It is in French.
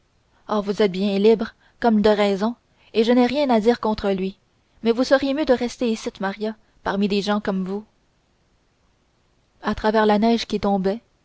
oh vous êtes bien libre comme de raison et je n'ai rien à dire contre lui mais vous seriez mieux de rester icitte maria parmi des gens comme vous à travers la neige qui tombait